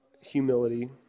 humility